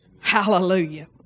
Hallelujah